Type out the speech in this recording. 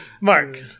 Mark